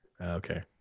Okay